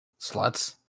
Sluts